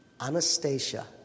Anastasia